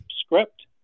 script